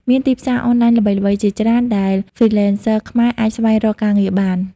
មានទីផ្សារអនឡាញល្បីៗជាច្រើនដែល Freelancers ខ្មែរអាចស្វែងរកការងារបាន។